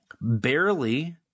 Barely